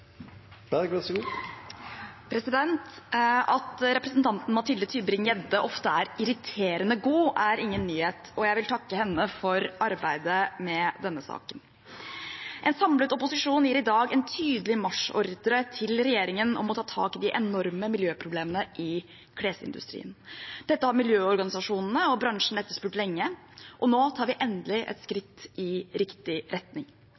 takke henne for arbeidet med denne saken. En samlet opposisjon gir i dag en tydelig marsjordre til regjeringen om å ta tak i de enorme miljøproblemene i klesindustrien. Dette har miljøorganisasjonene og bransjen etterspurt lenge, og nå tar vi endelig et skritt i riktig retning.